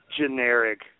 generic